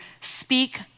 speak